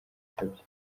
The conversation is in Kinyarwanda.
bikabyo